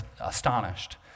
astonished